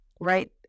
right